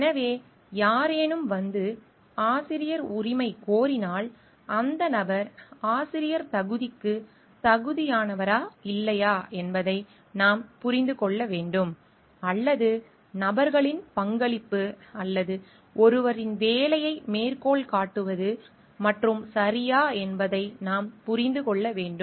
எனவே யாரேனும் வந்து ஆசிரியர் உரிமை கோரினால் அந்த நபர் ஆசிரியர் தகுதிக்கு தகுதியானவரா இல்லையா என்பதை நாம் புரிந்து கொள்ள வேண்டும் அல்லது நபர்களின் பங்களிப்பு அல்லது ஒருவரின் வேலையை மேற்கோள் காட்டுவது மட்டும் சரியா என்பதை நாம் புரிந்து கொள்ள வேண்டும்